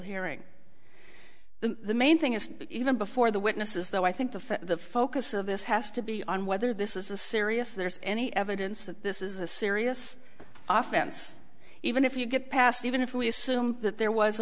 hearing the main thing is even before the witnesses though i think the fed the focus of this has to be on whether this is a serious there's any evidence that this is a serious offense even if you get past even if we assume that there was a